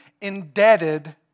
indebted